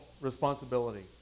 responsibility